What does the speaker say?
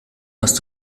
hast